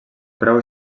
preu